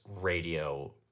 radio